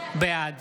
בעד